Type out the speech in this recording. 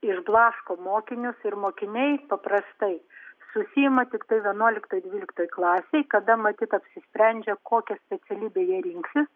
išblaško mokinius ir mokiniai paprastai susiima tiktai vienuoliktoj dvyliktoj klasėj kada matyt apsisprendžia kokią specialybę jie rinksis